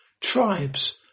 tribes